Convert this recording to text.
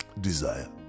Desire